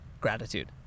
gratitude